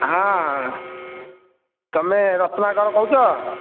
ହଁ ତୁମେ ରତ୍ନାକର କହୁଛ